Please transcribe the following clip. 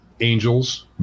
angels